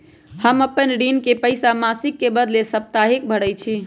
हम अपन ऋण के पइसा मासिक के बदले साप्ताहिके भरई छी